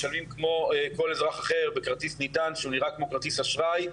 משלמים כמו כל אזרח אחר בכרטיס נטען שהוא נראה כמו כרטיס אשראי,